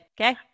Okay